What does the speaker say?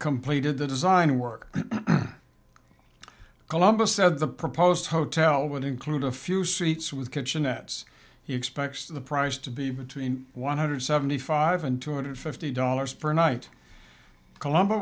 completed the design work columbus said the proposed hotel would include a few seats with kitchenettes he expects the prize to be between one hundred seventy five and two hundred fifty dollars per night colombo